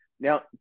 Now